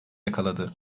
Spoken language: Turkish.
yakaladı